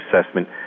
assessment